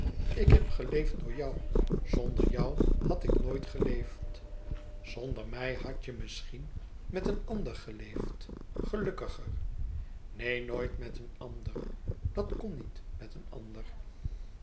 ik heb geleefd door jou zonder jou had ik nooit geleefd zonder mij hadt je misschien met een ander geleefd gelukkiger neen nooit met een ander dat kon niet met een ander